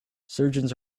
surgeons